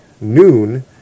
noon